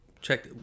check